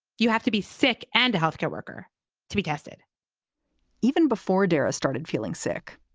you have to be sick and a health care worker to be tested even before darah started feeling sick,